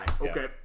Okay